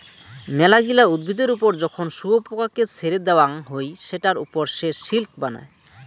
মেলাগিলা উদ্ভিদের ওপর যখন শুয়োপোকাকে ছেড়ে দেওয়াঙ হই সেটার ওপর সে সিল্ক বানায়